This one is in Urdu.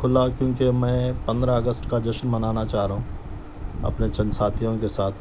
کھلا کیونکہ میں پندرہ اگست کا جشن منانا چاہ رہا ہوں اپنے چند ساتھیوں کے ساتھ